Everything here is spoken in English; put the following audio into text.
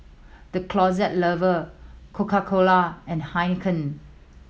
The Closet Lover Coca Cola and Heinekein